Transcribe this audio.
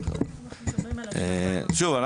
שוב,